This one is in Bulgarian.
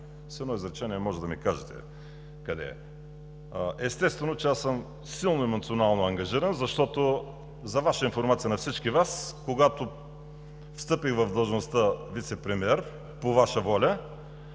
едно изречение може да ми кажете къде е. Естествено, че аз съм силно емоционално ангажиран, защото – за информация на всички Вас, когато встъпих в длъжността вицепремиер – по Ваша воля,